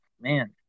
man